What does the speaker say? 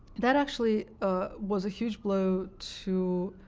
that actually was a huge blow to